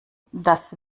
das